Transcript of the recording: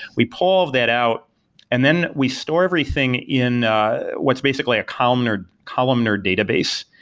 we pull that out and then we store everything in what's basically a columnar columnar database.